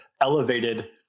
elevated